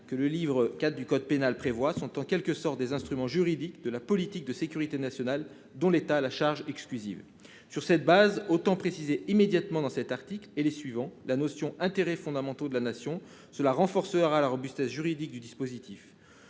par le livre IV du code pénal sont en quelque sorte des instruments juridiques de la politique de sécurité nationale dont l'État a la charge exclusive. Sur cette base, autant préciser immédiatement dans cet article et les suivants la notion d'intérêts fondamentaux de la Nation, afin de renforcer la robustesse juridique du dispositif.